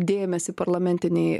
dėmesį parlamentinei